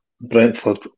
Brentford